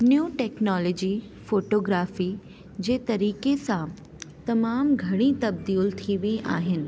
न्यूं technology photography जे तरीक़े सां तमामु घणी तब्दील थी वेई आहिनि